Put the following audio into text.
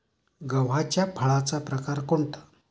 गव्हाच्या फळाचा प्रकार कोणता?